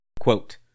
Quote